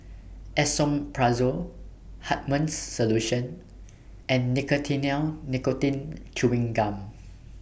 Esomeprazole Hartman's Solution and Nicotinell Nicotine Chewing Gum